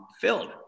Filled